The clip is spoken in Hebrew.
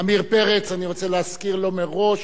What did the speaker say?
עמיר פרץ, אני רוצה להזכיר לו מראש